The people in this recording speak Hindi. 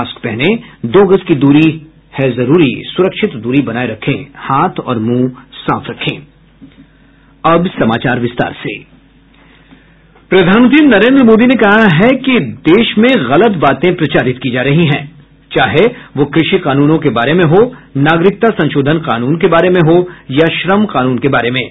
मास्क पहनें दो गज दूरी है जरूरी सुरक्षित दूरी बनाये रखें हाथ और मुंह साफ रखें अब समाचार विस्तार से प्रधानमंत्री नरेन्द्र मोदी ने कहा है कि गलत बातें प्रचारित की जा रही हैं चाहें वो कृषि कानूनों के बारे में हो नागरिकता संशोधन कानून के बारे में हो या श्रम कानून के बारे में हो